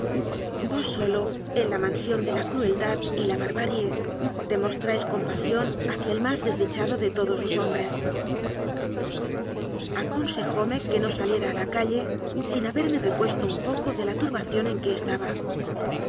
vos solo en la mansión de la crueldad y la barbarie demostráis compasión hacia el más desdichado de todos los hombres aconsejóme que no saliera a la calle sin haberme repuesto un poco de la turbación en que estaba